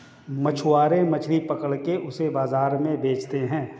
मछुआरे मछली पकड़ के उसे बाजार में बेचते है